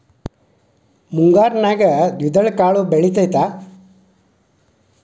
ಮುಂಗಾರಿನಲ್ಲಿ ದ್ವಿದಳ ಕಾಳುಗಳು ಬೆಳೆತೈತಾ?